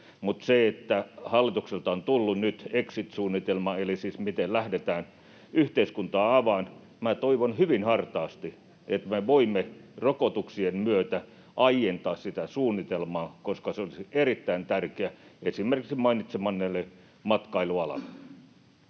Mutta hallitukselta on tullut nyt exit-suunnitelma, eli siis miten lähdetään yhteiskuntaa avaamaan, ja minä toivon hyvin hartaasti, että me voimme rokotuksien myötä aientaa sitä suunnitelmaa, koska se olisi erittäin tärkeää esimerkiksi mainitsemallenne matkailualalle.